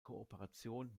kooperation